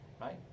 right